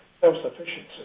self-sufficiency